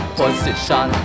position